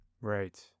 right